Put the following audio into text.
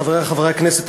חברי חברי הכנסת,